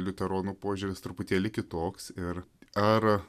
liuteronų požiūris truputėlį kitoks ir ar